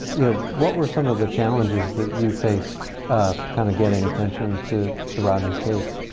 you know, what were some of the challenges that you faced kind of getting attention to to rodney's case?